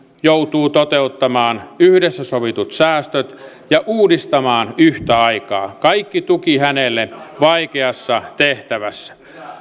joutuu toteuttamaan yhdessä sovitut säästöt ja uudistamaan yhtä aikaa kaikki tuki hänelle vaikeassa tehtävässä